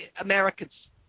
Americans